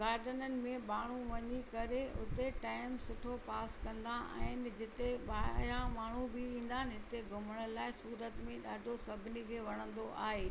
गाडननि में माण्हू वञी करे हुते टाइम सुठो पास कंदा आहिनि जिते ॿाहिरां माण्हू बि ईंदा आहिनि हिते घुमण लाइ सूरत में ॾाढो सभिनी खे वणंदो आहे